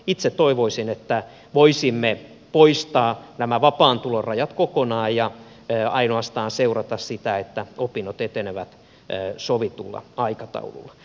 itse toivoisin että voisimme poistaa nämä vapaan tulon rajat kokonaan ja ainoastaan seurata sitä että opinnot etenevät sovitulla aikataululla